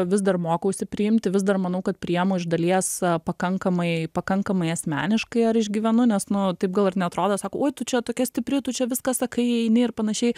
vis dar mokausi priimti vis dar manau kad priimu iš dalies pakankamai pakankamai asmeniškai ar išgyvenu nes nu taip gal ir neatrodo sako oi tu čia tokia stipri tu čia viską sakai eini ir panašiai